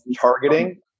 targeting